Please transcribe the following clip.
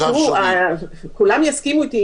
כולם יסכימו איתי